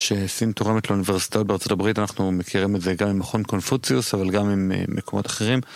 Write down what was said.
שסין תורמת לאוניברסיטאות בארצות הברית, אנחנו מכירים את זה גם ממכון קונפוציוס, אבל גם עם ממקומות אחרים.